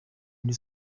muri